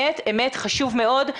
חשוב מאוד.